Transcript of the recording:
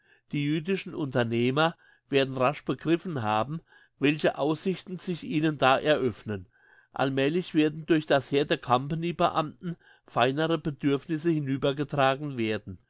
die jüdischen unternehmer werden rasch begriffen haben welche aussichten sich ihnen da eröffnen allmälig werden durch das heer der company beamten feinere bedürfnisse hinübergetragen werden